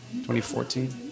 2014